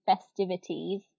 festivities